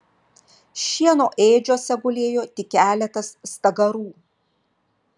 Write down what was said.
šieno ėdžiose gulėjo tik keletas stagarų